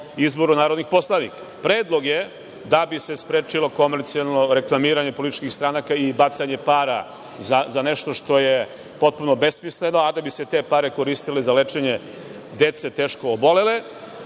izboru narodnih poslanika. Predlog je da bi se sprečilo komercionalno reklamiranje političkih stranaka i bacanje para za nešto što je potpuno besmisleno, a da bi se te pare koristile za lečenje dece teško obolele,